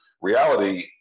reality